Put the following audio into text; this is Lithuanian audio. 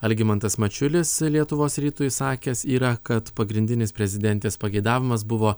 algimantas mačiulis lietuvos rytui sakęs yra kad pagrindinis prezidentės pageidavimas buvo